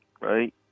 right